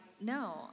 No